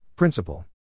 Principle